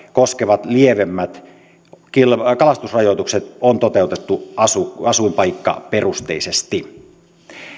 koskevat lievemmät kalastusrajoitukset on toteutettu asuinpaikkaperusteisesti